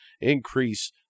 increase